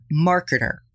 marketer